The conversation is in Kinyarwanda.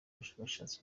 bushakashatsi